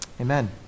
Amen